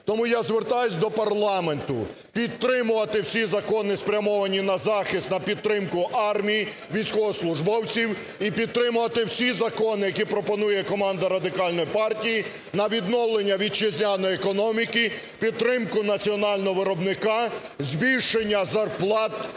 Тому я звертаюсь до парламенту підтримувати всі закони, спрямовані на захист, на підтримку армії, військовослужбовців і підтримувати всі закони, які пропонує команда Радикальної партії на відновлення вітчизняної економіки, підтримку національного виробника, збільшення зарплат